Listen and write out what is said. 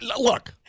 Look